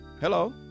Hello